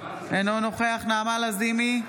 אינו נוכח נעמה לזימי,